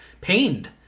pained